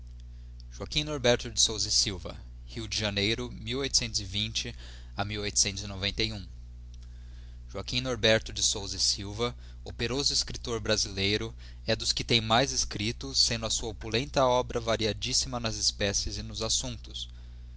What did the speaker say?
e silva riode janeiro de e aqui norberto de souza c silva operoso escriptor brasileiro é dos que mais têm escripto sendo a sua opulenta obra variadíssima nas espécies e nos assumptos